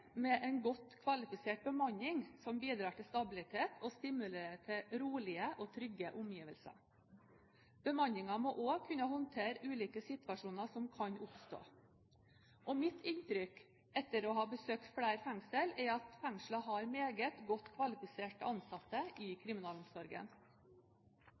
med en godt kvalifisert bemanning som bidrar til stabilitet og stimulerer til rolige og trygge omgivelser. Bemanningen må også kunne håndtere ulike situasjoner som kan oppstå. Mitt inntrykk etter å ha besøkt flere fengsel er at fengslene har meget godt kvalifiserte ansatte. I